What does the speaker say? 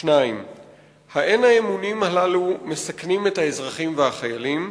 2. האם אין האימונים מסכנים את האזרחים והחיילים?